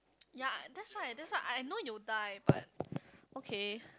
ya that's why that's why I know you die but okay